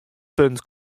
punt